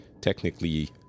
technically